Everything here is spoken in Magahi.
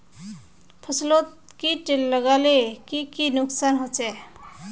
फसलोत किट लगाले की की नुकसान होचए?